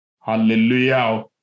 Hallelujah